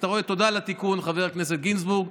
תודה על התיקון, חבר הכנסת גינזבורג.